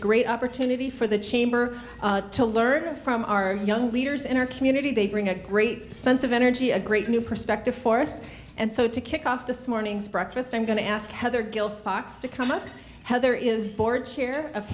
great opportunity for the chamber to learn from our young leaders in our community they bring a great sense of energy a great new perspective for us and so to kick off this morning's breakfast i'm going to ask heather gill fox to come up heather is board chair of